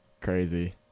crazy